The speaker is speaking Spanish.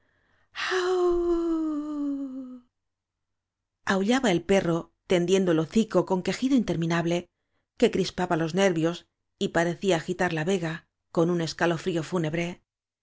aullaba el perro tendien do el hocico con quejido interminable que crispaba los nervios y parecía agitar la vega con un escalofrío fúnebre